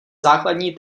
základní